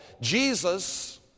Jesus